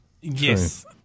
Yes